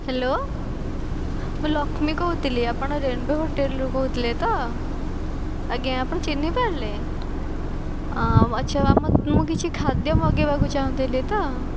hello ମୁଁ ଲକ୍ଷ୍ମୀ କହୁଥିଲି ଆପଣ ରେନବୋ ହୋଟେଲରୁ କହୁଥିଲେ ତ ଆଜ୍ଞା ଆପଣ ଚିହ୍ନିପାରିଲେ ଆଚ୍ଛା ମୁଁ କିଛି ଖାଦ୍ୟ ମଗାଇବାକୁ ଚାହୁଁଥିଲି ତ